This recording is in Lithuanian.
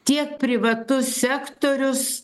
tiek privatus sektorius